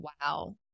wow